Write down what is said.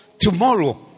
tomorrow